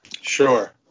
Sure